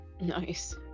Nice